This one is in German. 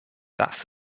das